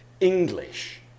English